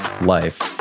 life